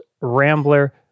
Rambler